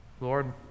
Lord